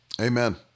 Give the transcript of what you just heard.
Amen